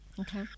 Okay